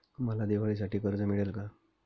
मला दिवाळीसाठी कर्ज मिळेल का?